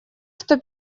что